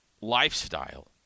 lifestyle